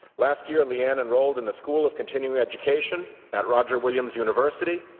last year leanne enrolled in the school of continuing education at roger williams university,